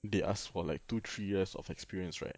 they ask for like two three years of experience right